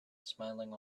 smiling